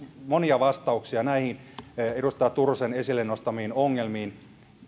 monia vastauksia näihin edustaja turusen esille nostamiin ongelmiin